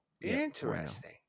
interesting